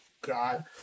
God